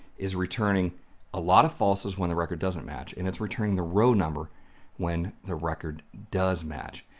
is returning a lot of falses when the record doesn't match, and it's returning the row number when the record does match.